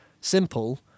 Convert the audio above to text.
simple